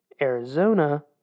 Arizona